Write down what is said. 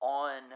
on